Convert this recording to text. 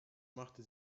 machte